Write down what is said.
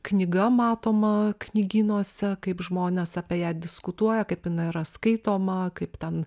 knyga matoma knygynuose kaip žmonės apie ją diskutuoja kaip jinai yra skaitoma kaip ten